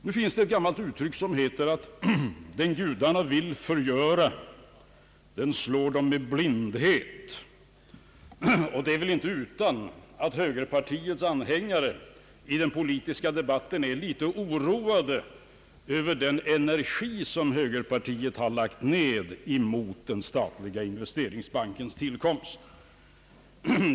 Nu finns det ett gammalt uttryck som heter: »Den gudarna vill förgöra slår de med blindhet.» Det är väl inte utan att högerpartiets anhängare i den politiska debatten är litet oroade över den energi som högerpartiet har lagt ner på att hindra den statliga investeringsbankens tillkomst.